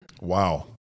wow